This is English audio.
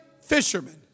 fishermen